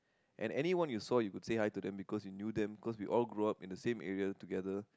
and anyone you saw you could say hi to them because you knew them because we knew them because we all grew up in the same area together